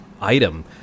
item